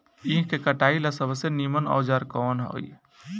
ईख के कटाई ला सबसे नीमन औजार कवन होई?